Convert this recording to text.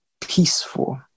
peaceful